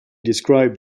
described